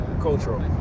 cultural